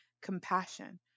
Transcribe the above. compassion